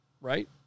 Right